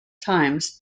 times